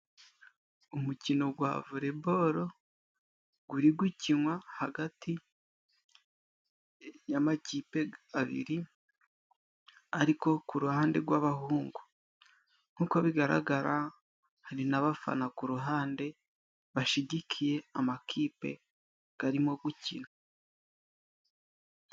Umukino gwa volebolo, guri gukinwa hagati y'amakipe abiri, ariko ku ruhande gw'abahungu, nk'uko bigaragara, hari n'abafana ku ruhande, bashigikiye amakipe garimo gukina.